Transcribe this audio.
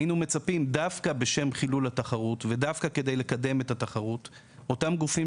היינו מצפים שדווקא בשם חילול התחרות אותם גופים